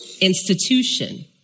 institution